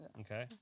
Okay